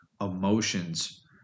emotions